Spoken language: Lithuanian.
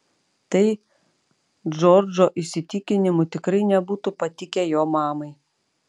tai džordžo įsitikinimu tikrai nebūtų patikę jo mamai